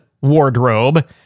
wardrobe